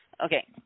Okay